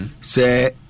Say